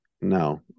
No